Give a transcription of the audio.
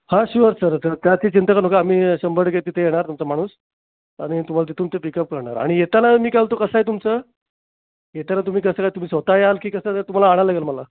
हां sure sir तर त्याची चिंता करू नका आम्ही शंभर टक्के तिथे येणार तुमचा माणूस आणि तुम्हाला तिथून ते पिक अप करणार आणि येताना मी काय बोलतो कसं आहे तुमचं येताना तुम्ही कसं काय तुम्ही स्वतः याल की कसं जर तुम्हाला आणायला लागेल मला